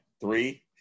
Three